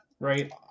Right